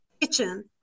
kitchen